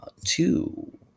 two